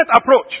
approach